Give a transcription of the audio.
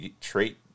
trait